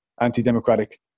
anti-democratic